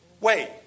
Wait